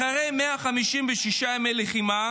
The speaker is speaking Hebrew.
אחרי 156 ימי לחימה,